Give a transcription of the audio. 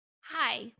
Hi